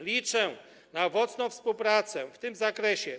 Liczę na owocną współpracę w tym zakresie.